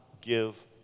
give